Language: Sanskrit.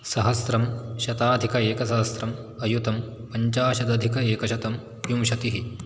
सहस्रं शताधिक एकसहस्रम् अयुतं पञ्चाशदधिक एकशतं विंशतिः